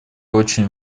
очень